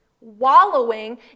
wallowing